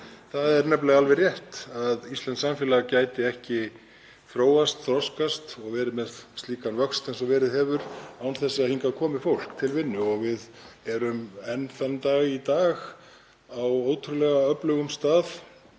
Það er nefnilega alveg rétt að íslenskt samfélag gæti ekki þróast, þroskast og verið með slíkan vöxt eins og verið hefur án þess að hingað komi fólk til vinnu. Við erum enn þann dag í dag á ótrúlega öflugum stað,